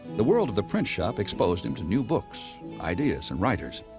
the world of the print shop exposed him to new books, ideas, and writers.